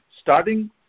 starting